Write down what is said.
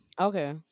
Okay